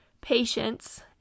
patience